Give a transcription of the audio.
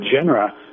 genera